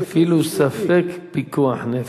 אפילו ספק פיקוח נפש.